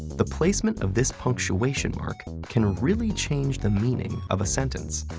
the placement of this punctuation mark can really change the meaning of a sentence.